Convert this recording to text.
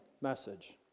message